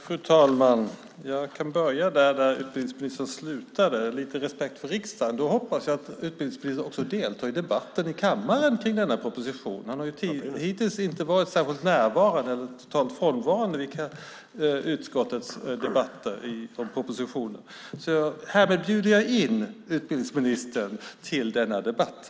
Fru talman! Jag kan börja där utbildningsministern slutade. Lite respekt för riksdagen, sade han. Då hoppas jag att utbildningsministern också deltar i debatten i kammaren om denna proposition. Han har hittills inte varit särskilt närvarande, eller totalt frånvarande, vid utskottets debatter om propositioner. Härmed bjuder jag in utbildningsministern till denna debatt.